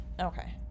Okay